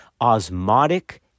osmotic